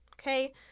Okay